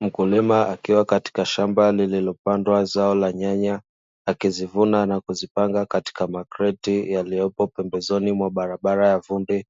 Mkulima akiwa katika shamba lililopandwa zao la nyanya akizivuna na kuzipanga katika makreti yaliyopo pembezoni mwa barabara ya vumbi,